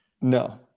No